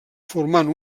formant